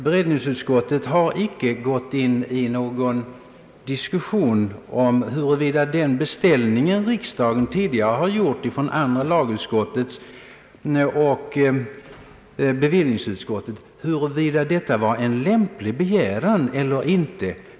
Beredningsutskottet har inte tagit ståndpunkt till huruvida den beställning riksdagen tidigare gjort genom andra lagutskottet och bevillningsutskottet kan anses som en lämplig begäran eller inte.